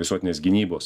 visuotinės gynybos